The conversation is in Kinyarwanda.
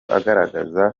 agaragaza